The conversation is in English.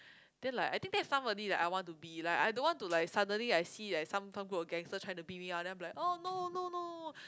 then like I think that's somebody like I want to be like I don't want to like suddenly I see like some some group of gangsters so try to beat me lah then I'm like oh no no no